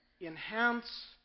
enhance